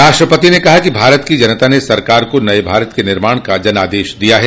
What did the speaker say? राष्ट्रपति ने कहा कि भारत की जनता ने सरकार को नये भारत के निर्माण का जनादेश दिया है